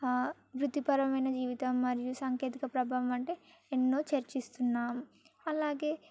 వృత్తిపరమైన జీవితం మరియు సాంకేతికత ప్రభావం అంటే ఎన్నో చర్చిస్తున్నాం అలాగే